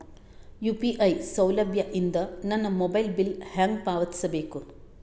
UPI ಸೌಲಭ್ಯ ಇಂದ ನನ್ನ ಮೊಬೈಲ್ ಬಿಲ್ ಹೆಂಗ್ ಪಾವತಿಸ ಬೇಕು?